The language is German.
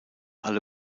alle